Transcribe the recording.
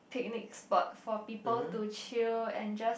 picnic spot for people to chill and just